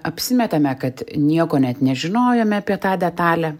apsimetame kad nieko net nežinojome apie tą detalę